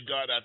God